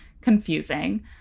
confusing